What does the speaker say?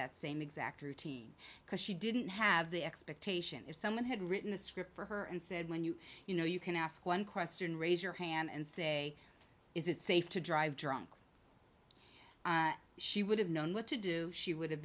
that same exact routine because she didn't have the expectation if someone had written a script for her and said when you you know you can ask one question raise your hand and say is it safe to drive drunk she would have known what to do she would have